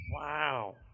Wow